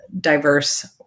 diverse